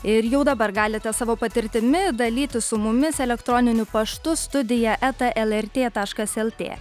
ir jau dabar galite savo patirtimi dalytis su mumis elektroniniu paštu studija eta lrt taškas lt